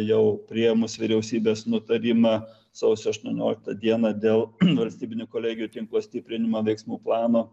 jau priėmus vyriausybės nutarimą sausio vienasaštuoni dieną dėl valstybinių kolegijų tinklo stiprinimo veiksmų plano